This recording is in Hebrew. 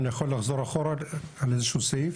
אני יכול לחזור אחורה על איזה שהוא סעיף?